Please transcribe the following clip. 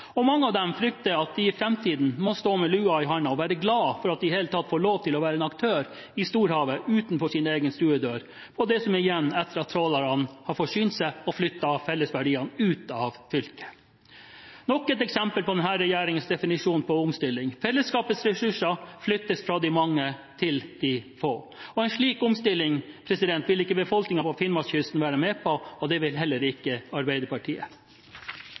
Finnmark. Mange av dem frykter at de i framtiden må stå med lua i hånden og være glad for at de i det hele tatt får lov til å være en aktør i storhavet utenfor sin egen stuedør på det som er igjen etter at trålerne har forsynt seg og flyttet fellesverdiene ut av fylket – nok et eksempel på denne regjeringens definisjon på omstilling. Fellesskapets ressurser flyttes fra de mange til de få. En slik omstilling vil ikke befolkningen på finnmarkskysten være med på – det vil heller ikke Arbeiderpartiet.